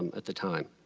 at the time.